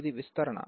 ఇది విస్తరణ